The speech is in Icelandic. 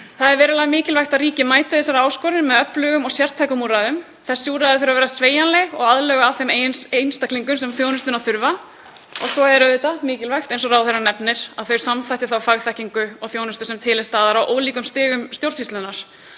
Það er verulega mikilvægt að ríkið mæti þessari áskorun með öflugum og sértækum úrræðum. Þessi úrræði þurfi að vera sveigjanleg og aðlöguð að þeim einstaklingum sem þjónustuna þurfa og svo er auðvitað mikilvægt, eins og ráðherrann nefnir, að samþætta þá fagþekkingu og þjónustu sem til staðar er á ólíkum stigum stjórnsýslunnar.